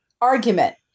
argument